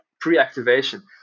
pre-activation